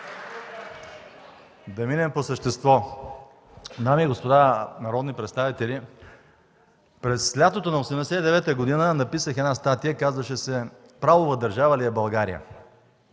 да минем по същество. Дами и господа народни представители, през лятото на 1989 г. написах една статия. Казваше се „Правова държава ли е България?”.